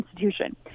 institution